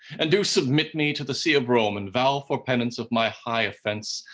and do submit me to the see of rome, and vow for penance of my high offense,